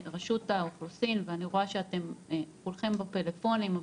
רשות האוכלוסין ואני רואה שאתם כולכם בפלאפונים,